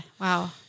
Wow